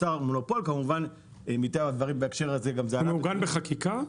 נוצר מונופול ומטבע הדברים זה היה --- זה מעוגן בחקיקה?